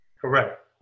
correct